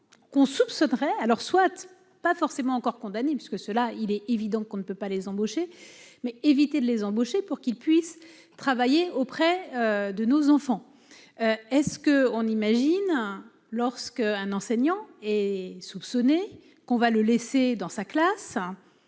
qu'on soupçonnerait alors pas forcément encore condamné puisque cela il est évident qu'on ne peut pas les embaucher, mais éviter de les embaucher pour qu'ils puissent travailler auprès de nos enfants est ce que on imagine lorsque un enseignant est soupçonné qu'on va le laisser dans sa classe,